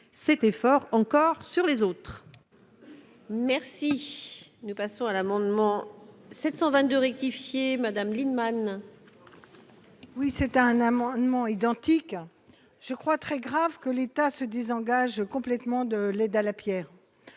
cet effort encore sur les autres. Merci, nous passons à l'amendement 722 rectifié Madame Lienemann. Oui, c'est un amendement identique je crois très grave que l'État se désengage complètement de l'aide à la Pierre